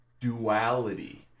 duality